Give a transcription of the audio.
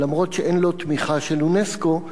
אף שאין לו תמיכה של אונסק"ו,